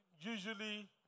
usually